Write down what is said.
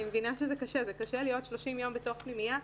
אני מבינה שזה קשה להיות 30 יום בתוך פנימייה,